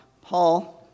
Paul